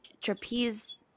trapeze